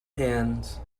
hands